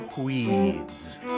weeds